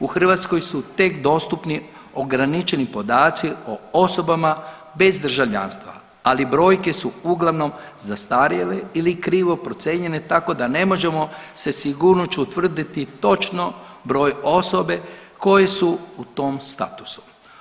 U Hrvatskoj su tek dostupni ograničeni podaci o osobama bez državljanstva, ali brojke su uglavnom zastarjele ili krivo procijenjene tako da ne možemo sa sigurnošću utvrditi točno broj osobe koje su u tom statusu.